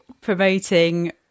promoting